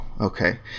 okay